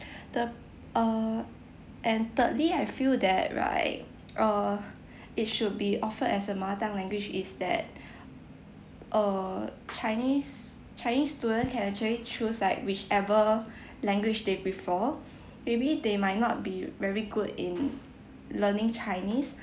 the uh and thirdly I feel that right uh it should be offered as a mother tongue language is that uh chinese chinese student can actually choose like whichever language they prefer maybe they might not be very good in learning chinese